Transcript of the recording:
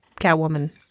Catwoman